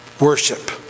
worship